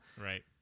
Right